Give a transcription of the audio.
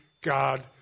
God